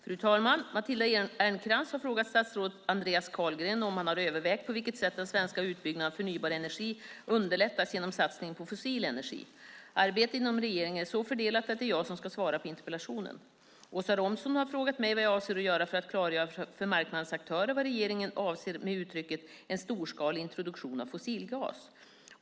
Fru talman! Matilda Ernkrans har frågat statsrådet Andreas Carlgren om han har övervägt på vilket sätt den svenska utbyggnaden av förnybar energi underlättas genom satsningen på fossil energi. Arbetet inom regeringen är så fördelat att det är jag som ska svara på interpellationen. Åsa Romson har frågat mig vad jag avser att göra för att klargöra för marknadens aktörer vad regeringen avser med uttrycket "storskalig introduktion av fossilgas".